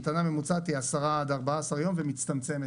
המתנה ממוצעת היא 10 עד 14 יום ומצטמצמת.